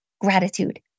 gratitude